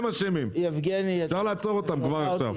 הם אשמים, אפשר לעצור אותם כבר עכשיו.